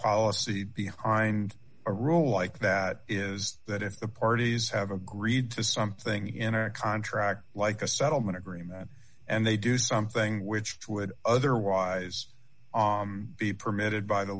policy behind a rule like that is that if the parties have agreed to something in our contract like a settlement agreement and they do something which would otherwise be permitted by the